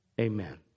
Amen